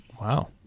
Wow